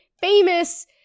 famous